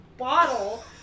bottle